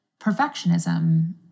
perfectionism